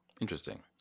interesting